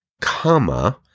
comma